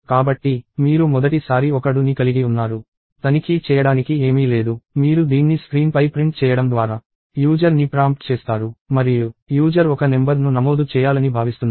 కాబట్టి మీరు మొదటి సారి ఒక do ని కలిగి ఉన్నారు తనిఖీ చేయడానికి ఏమీ లేదు మీరు దీన్ని స్క్రీన్పై ప్రింట్ చేయడం ద్వారా యూజర్ ని ప్రాంప్ట్ చేస్తారు మరియు యూజర్ ఒక నెంబర్ ను నమోదు చేయాలని భావిస్తున్నారు